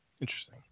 Interesting